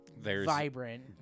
vibrant